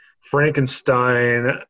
Frankenstein